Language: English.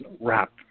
wrapped